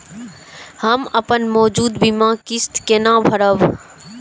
हम अपन मौजूद बीमा किस्त केना भरब?